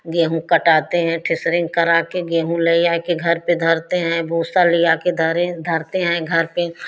गेहूँ कटाते हैं ठेसरिंग कराके गेहूँ ले आयके घर पर धरते हैं भूँसा लिया के धरें धरते हैं घर पर